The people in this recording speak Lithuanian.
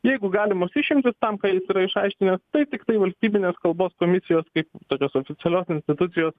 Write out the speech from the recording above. jeigu galimos išimtys tam ką jis išaiškinęs tai tiktai valstybinės kalbos komisijos kaip tokios oficialios institucijos